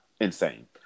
insane